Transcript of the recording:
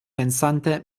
pensante